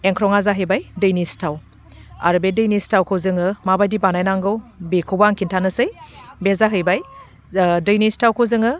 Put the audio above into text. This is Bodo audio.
एंख्रङा जाहैबाय दैनि सिथाव आरो बे दैनि सिथावखौ जोङो माबायदि बानायनांगौ बेखौबो आं खिन्थानोसै बे जाहैबाय दैनि सिथावखौ जोङो